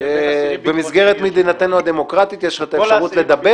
במסגרת מדינתנו הדמוקרטית יש לך את ההזדמנות לדבר